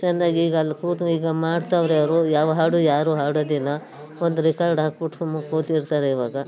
ಚೆನ್ನಾಗಿ ಈಗ ಅಲ್ಲಿ ಕೂತು ಈಗ ಮಾಡ್ತವ್ರೆ ಅವರು ಯಾವ ಹಾಡು ಯಾರು ಹಾಡೋದಿಲ್ಲ ಒಂದು ರೆಕಾರ್ಡ್ ಹಾಕ್ಬಿಟ್ಟು ಸುಮ್ಮನೆ ಕೂತಿರ್ತಾರೆ ಇವಾಗ